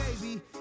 baby